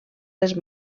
les